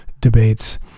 debates